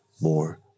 more